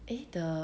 eh the